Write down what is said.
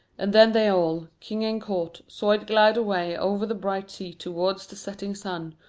and then they all, king and court, saw it glide away over the bright sea towards the setting sun,